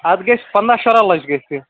اَتھ گَژھِ پنٛداہ شُراہ لَچھ گَژھِ یہِ